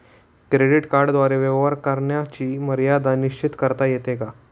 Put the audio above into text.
Credit कार्डद्वारे व्यवहार करण्याची मर्यादा निश्चित करता येते का?